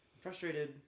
frustrated